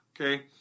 Okay